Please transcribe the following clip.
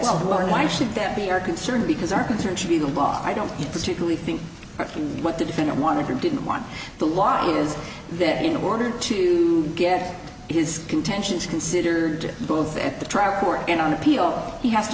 well why should that be our concern because our concern should be the boss i don't particularly think what the defendant monitor didn't want the lawyer is that in order to get his intentions considered both at the trial court and on appeal he has to